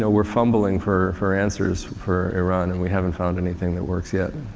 so we're fumbling for, for answers for iran and we haven't found anything that works yet.